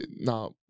now